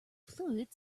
fluid